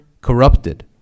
corrupted